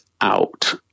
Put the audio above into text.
out